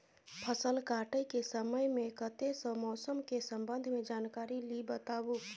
फसल काटय के समय मे कत्ते सॅ मौसम के संबंध मे जानकारी ली बताबू?